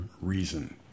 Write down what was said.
Reason